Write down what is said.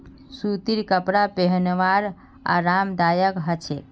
सूतीर कपरा पिहनवार आरामदायक ह छेक